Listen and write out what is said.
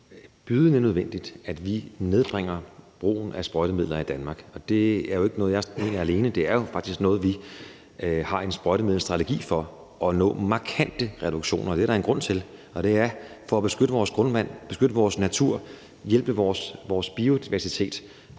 bydende nødvendigt, at vi nedbringer brugen af sprøjtemidler i Danmark, og det er ikke noget, jeg alene mener. Vi har jo faktisk en sprøjtemiddelstrategi for at nå markante reduktioner, og det er der en grund til, og det er for at beskytte vores grundvand, beskytte vores natur og hjælpe vores biodiversitet.